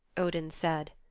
odin said.